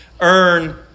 earn